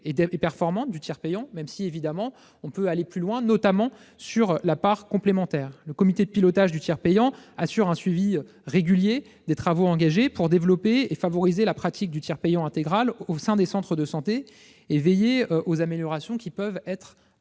et performante du tiers payant, même si on peut évidemment aller plus loin, en particulier sur la part complémentaire. Le comité de pilotage du tiers payant assure un suivi régulier des travaux engagés pour développer et favoriser la pratique du tiers payant intégral au sein des centres de santé, et veiller aux améliorations pouvant être